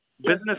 Business